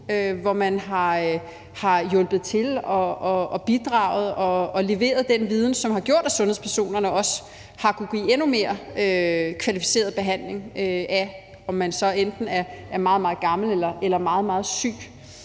hvor man har hjulpet til og bidraget og leveret den viden, som har gjort, at sundhedspersonerne også har kunnet give en endnu mere kvalificeret behandling – uanset om man så er meget, meget gammel eller meget, meget syg.